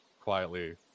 quietly